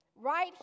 right